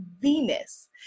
Venus